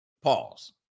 Pause